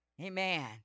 Amen